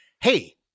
Hey